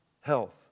health